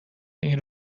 این